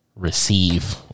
receive